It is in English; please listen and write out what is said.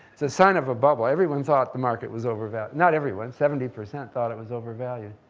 it's a sign of a bubble. everyone thought the market was overvalued. not everyone, seventy percent thought it was overvalued.